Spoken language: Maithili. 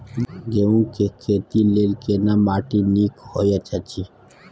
गेहूँ के खेती लेल केना माटी नीक होयत अछि?